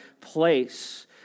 place